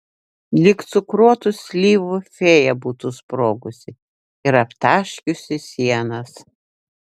lyg cukruotų slyvų fėja būtų sprogusi ir aptaškiusi sienas